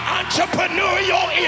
entrepreneurial